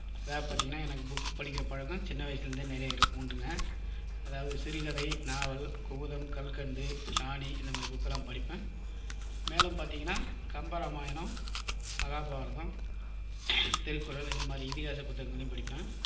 அதாவது பார்த்தீங்கன்னா எனக்கு புக்கு படிக்கிற பழக்கம் சின்ன வயசுலேர்ந்தே நிறைய இருக்குது உண்டுங்க அதாவது சிறுகதை நாவல் குமுதம் கல்கண்டு ராணி இந்தமாதிரி புக்கெல்லாம் படிப்பேன் மேலும் பார்த்தீங்கன்னா கம்பராமாயணம் மஹாபாரதம் திருக்குறள் இந்தமாதிரி இதிகாச புத்தகங்களையும் படிப்பேன்